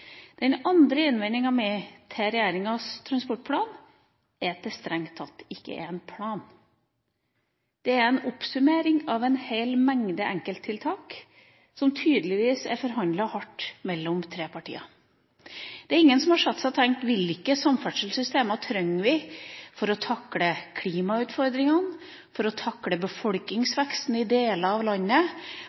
den andre innvendinga mi til regjeringas transportplan er at det strengt tatt ikke er en plan. Det er en oppsummering av en hel mengde enkelttiltak som tydeligvis er forhandlet hardt mellom tre partier. Det er ingen som har satt seg ned og tenkt ut hvilke samferdselssystemer vi trenger for å takle klimautfordringene, for å takle befolkningsveksten i deler av landet